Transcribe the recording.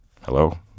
Hello